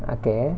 okay